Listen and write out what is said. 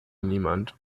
niemand